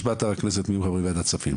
יש באתר הכנסת וועדת כספים,